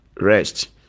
rest